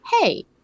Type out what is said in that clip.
hey